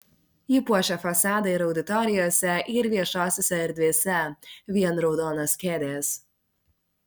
ji puošia fasadą ir auditorijose ir viešosiose erdvėse vien raudonos kėdės